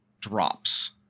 drops